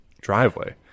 driveway